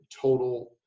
total